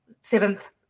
seventh